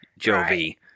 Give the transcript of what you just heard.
Jovi